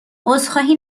عذرخواهی